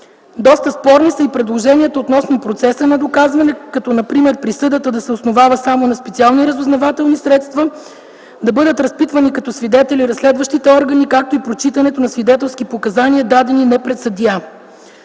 Доста спорни са и предложенията относно процеса на доказване, като например присъдата да се основава само на специални разузнавателни средства, да бъдат разпитвани като свидетели разследващите органи, както и прочитането на свидетелски показания, дадени не пред съдия.